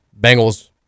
Bengals